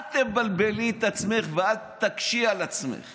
אל תבלבלי את עצמך ואל תקשי על עצמך